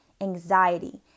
anxiety